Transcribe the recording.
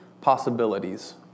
possibilities